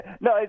No